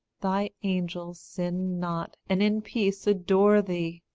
thy angels sin not and in peace adore thee